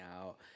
out